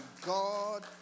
God